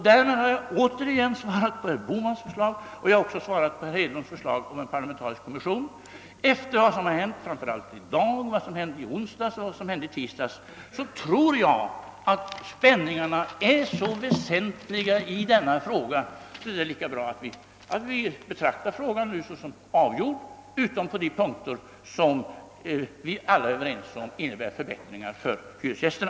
Därmed har jag återigen svarat på herr Bohmans förslag och på herr Hedlunds förslag om en parlamentarisk kommission. Efter vad som hänt framför allt i dag men även förra tisdagen och onsdagen tror jag att spänningarna i denna fråga är så väsentliga att det är bättre att vi betraktar frågan som avgjord, utom på de punkter som enligt vad vi alla är överens om innebär förbättringar för hyresgästerna.